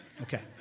Okay